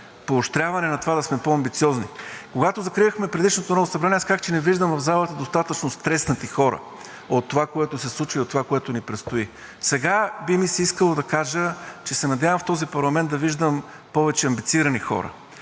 поощряване на това да сме по-амбициозни. Когато закривахме предишното Народно събрание, казах, че не виждам в залата достатъчно стреснати хора от това, което се случи, и от това, което ни предстои. Сега би ми се искало да кажа, че се надявам в този парламент да виждам повече амбицирани хора